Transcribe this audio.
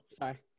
sorry